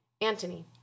Antony